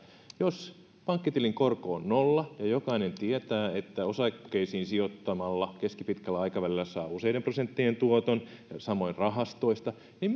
jos pankkitilin korko on nolla ja jokainen tietää että osakkeisiin sijoittamalla keskipitkällä aikavälillä saa useiden prosenttien tuoton samoin rahastoista niin